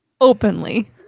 openly